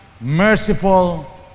merciful